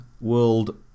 World